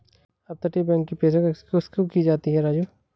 अपतटीय बैंक की पेशकश किसको की जाती है राजू?